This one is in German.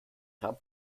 kram